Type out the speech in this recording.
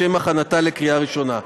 לשם הכנתה לקריאה ראשונה.